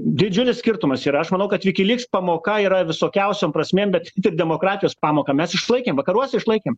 didžiulis skirtumas ir aš manau kad wikileaks pamoka yra visokiausiom prasmėm bet demokratijos pamoką mes išlaikėm vakaruos išlaikėm